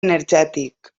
energètic